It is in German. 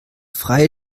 freie